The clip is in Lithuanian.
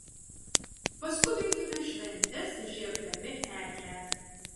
paskubinkime šventes įžiebdami eglę